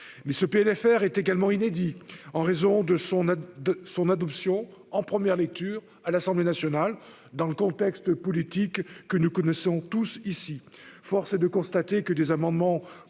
». Ce texte est également inédit par les conditions de son adoption en première lecture par l'Assemblée nationale, dans le contexte politique que nous connaissons tous. Force est de constater que des amendements